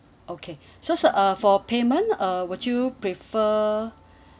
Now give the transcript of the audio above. okay so sir uh for payment uh would you prefer